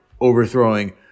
overthrowing